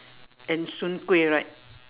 and soon-kueh right